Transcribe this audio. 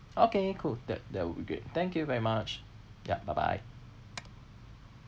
okay cool that that would be great thank you very much ya bye bye